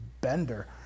bender